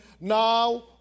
now